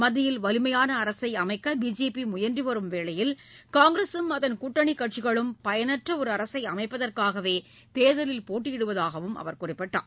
மத்தியில் வலிமையான அரசை அமைக்க பிஜேபி முயன்று வரும் வேளையில் காங்கிரஸும் அதன் கூட்டணிக் கட்சிகளும் பயனற்ற ஒரு அரசை அமைப்பதற்காகவே தேர்தலில் போட்டியிடுவதாகவும் அவர் குறிப்பிட்டார்